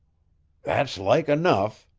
that's like enough,